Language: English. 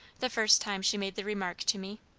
the first time she made the remark to me.